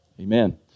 Amen